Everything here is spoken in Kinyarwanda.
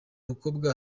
mukobwa